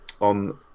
on